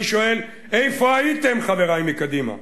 אני שואל: איפה הייתם, חברי מקדימה?